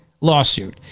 lawsuit